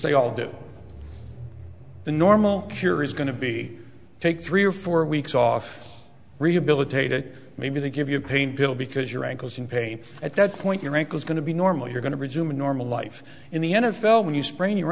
they all do the normal cure is going to be take three or four weeks off rehabilitated maybe they give you a pain pill because your ankles in pain at that point your ankles going to be normal you're going to resume a normal life in the n f l when you sprain